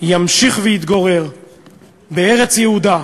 ימשיך ויתגורר בארץ יהודה,